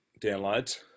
downloads